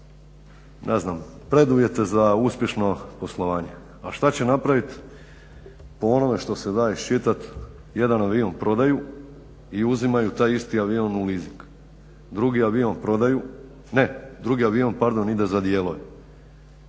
ne znam preduvjete za uspješno poslovanje. A šta će napravit po onome što se da iščitat. Jedan avion prodaju i uzimaju taj isti avion u leasing. Drugi avion prodaju, ne